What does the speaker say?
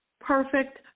perfect